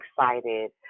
excited